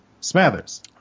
Smathers